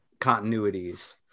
continuities